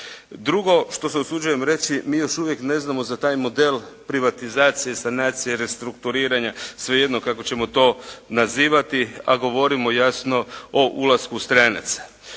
Drugo što se usuđujem reći mi još uvijek ne znamo za taj model privatizacije, sanacije, restrukturiranja, svejedno kako ćemo to nazivati, a govorimo jasno o ulasku stranaca.